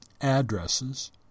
Addresses